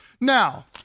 Now